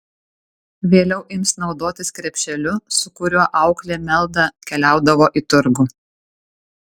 vėliau ims naudotis krepšeliu su kuriuo auklė meldą keliaudavo į turgų